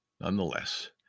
Nonetheless